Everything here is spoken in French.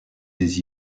des